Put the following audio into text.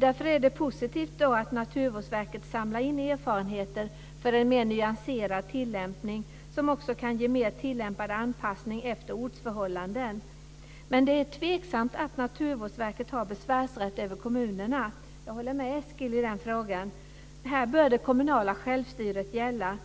Därför är det positivt att Naturvårdsverket samlar in erfarenheter för en mer nyanserad tillämpning som också kan ge en mer tillämpad anpassning efter ortsförhållanden. Det är dock tveksamt att Naturvårdsverket har besvärsrätt över kommunerna. Jag håller med Eskil Erlandsson i fråga om detta. Här bör det kommunala självstyret gälla.